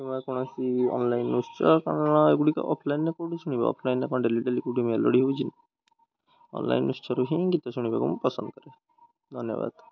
କିମ୍ବା କୌଣସି ଅନ୍ଲାଇନ୍ ଉତ୍ସରୁ କାରଣ ଏଗୁଡ଼ିକ ଅଫ୍ଲାଇନ୍ରେ କେଉଁଠି ଶୁଣିବେ ଅଫ୍ଲାଇନ୍ରେ କ'ଣ ଡେଲି ଡେଲି କେଉଁଠି ମେଲୋଡ଼ି ହେଉଛି ଅନ୍ଲାଇନ୍ ଉତ୍ସରୁ ହିଁ ଗୀତ ଶୁଣିବାକୁ ମୁଁ ପସନ୍ଦ କରେ ଧନ୍ୟବାଦ